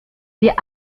wir